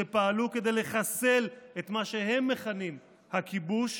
שפעלו כדי לחסל את מה שהם מכנים הכיבוש,